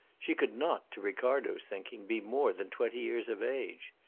she could not, to ricardo's thinking, be more than twenty years of age.